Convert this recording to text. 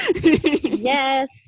Yes